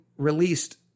released